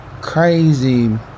crazy